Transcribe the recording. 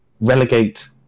relegate